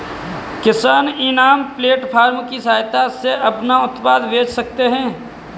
किसान eNAM platform की सहायता से अपना उत्पाद बेच सकते है